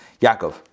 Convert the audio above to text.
Yaakov